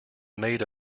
made